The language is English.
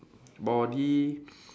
body